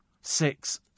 Six